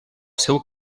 seu